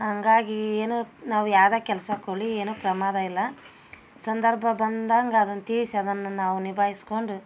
ಹಂಗಾಗಿ ಏನು ನಾವು ಯಾವ್ದು ಕೆಲಸ ಕೊಡಲಿ ಏನು ಪ್ರಮಾದ ಇಲ್ಲ ಸಂದರ್ಭ ಬಂದಂಗ ಅದನ್ನ ತೀರ್ಸಿ ಅದನ್ನ ನಾವು ನಿಭಾಯಿಸ್ಕೊಂಡು